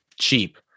cheap